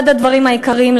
אחד הדברים העיקריים,